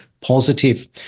positive